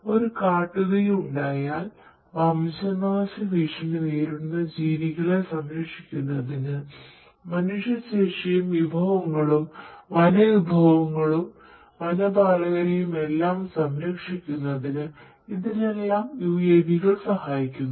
ഒരു കാട്ടുതീ ഉണ്ടായാൽ വംശനാശഭീഷണി നേരിടുന്ന ജീവികളെ സംരക്ഷിക്കുന്നത് മനുഷ്യശേഷിയും വിഭവങ്ങളും വനവിഭവങ്ങളും വനപാലകരയുമെല്ലാം സംരക്ഷിക്കുന്നതിന് ഇതിനെല്ലാം UAV കൾ സഹായിക്കുന്നു